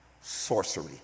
sorcery